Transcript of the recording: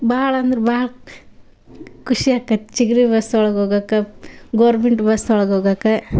ಭಾಳಂದ್ರೆ ಭಾಳ ಖುಷಿ ಆಕ್ಕತೆ ಚಿಗ್ರೆ ಬಸ್ ಒಳ್ಗೆ ಹೋಗಾಕ ಗೌರ್ಮೆಂಟ್ ಬಸ್ ಒಳ್ಗೆ ಹೋಗಾಕ